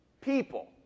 people